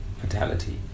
fatality